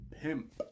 pimp